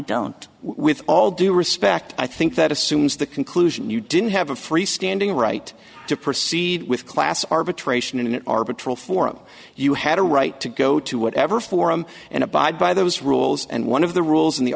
don't with all due respect i think that assumes the conclusion you didn't have a freestanding right to proceed with class arbitration in an arbitrary forum you had a right to go to whatever forum and abide by those rules and one of the rules in the